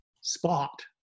spot